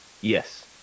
Yes